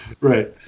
Right